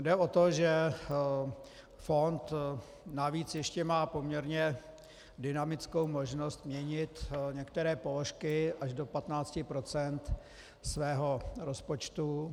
Jde o to, že fond navíc ještě má poměrně dynamickou možnost měnit některé položky až do 15 % svého rozpočtu.